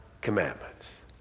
commandments